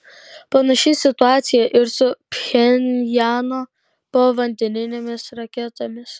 panaši situacija ir su pchenjano povandeninėmis raketomis